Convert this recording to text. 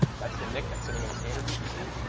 that's the nic that's sitting in the standard vpc.